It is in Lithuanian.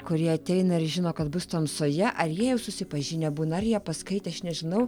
kur jie ateina ir žino kad bus tamsoje ar jie jau susipažinę būna ar jie paskaitę aš nežinau